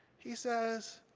he says,